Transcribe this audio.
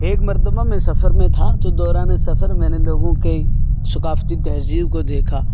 ایک مرتبہ میں سفر میں تھا تو دوران سفر میں نے لوگوں کے ثقافتی تہذیب کو دیکھا